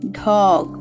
dog